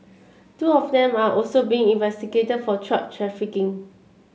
two of them are also being investigated for drug trafficking